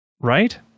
right